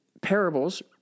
parables